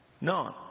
None